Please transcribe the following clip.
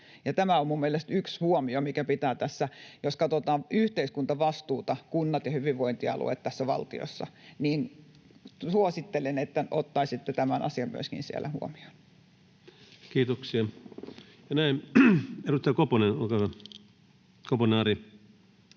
Tämä on mielestäni yksi huomio, mikä pitää huomioida, jos katsotaan yhteiskuntavastuuta — kunnat ja hyvinvointialueet — tässä valtiossa. Suosittelen, että ottaisitte myöskin tämän asian siellä huomioon. Kiitoksia. — Ja näin, edustaja Koponen, Ari,